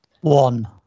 One